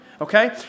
Okay